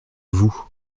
vous